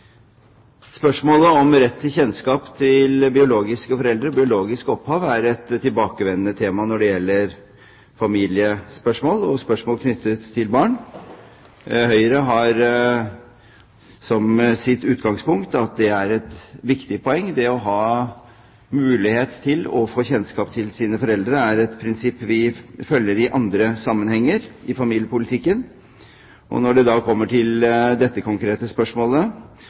Spørsmålet om rett til kjennskap til biologiske foreldre, biologisk opphav, er et tilbakevendende tema når det gjelder familiespørsmål og spørsmål knyttet til barn. Høyre har som sitt utgangspunkt at det er et viktig poeng. Det å ha mulighet til å få kjennskap til sine foreldre er et prinsipp vi følger i andre sammenhenger i familiepolitikken. Når det da kommer til dette konkrete spørsmålet,